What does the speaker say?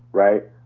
right.